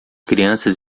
crianças